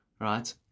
Right